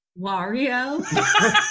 Wario